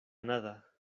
nada